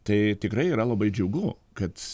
tai tikrai yra labai džiugu kad